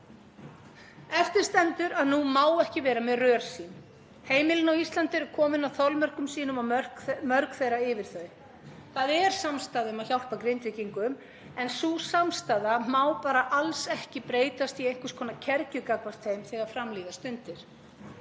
Eftir stendur að nú má ekki vera með rörsýn. Heimilin á Íslandi eru komin að þolmörkum sínum og mörg þeirra yfir þau. Það er samstaða um að hjálpa Grindvíkingum en sú samstaða má bara alls ekki breytast í einhvers konar kergju gagnvart þeim þegar fram líða stundir.